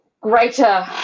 greater